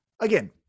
Again